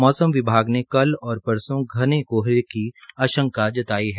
मौसम विभाग ने कल और परसो घने कोहरे की आशंका जताई है